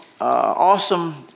awesome